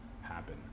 happen